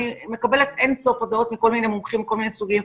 אני מקבלת אין-ספור הודעות מכל מיני מומחים מכל מיני סוגים,